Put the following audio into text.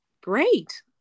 Great